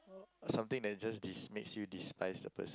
something that just des~ makes you despise the person